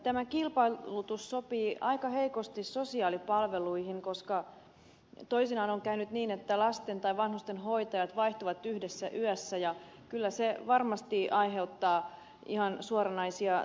tämä kilpailutus sopii aika heikosti sosiaalipalveluihin koska toisinaan on käynyt niin että lasten tai vanhustenhoitajat vaihtuvat yhdessä yössä ja kyllä se varmasti aiheuttaa ihan suoranaisia traumoja